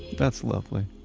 that's lovely.